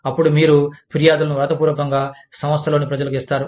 అప్పుడు మీరు ఫిర్యాదులను వ్రాతపూర్వకంగా సంస్థలోని ప్రజలకు ఇస్తారు